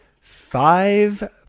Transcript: Five